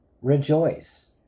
rejoice